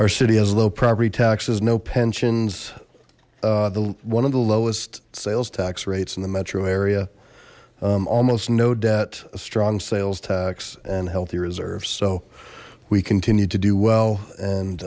our city has low property taxes no pensions the one of the lowest sales tax rates in the metro area almost no debt strong sales tax and healthy reserves so we continue to do well and